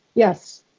yes.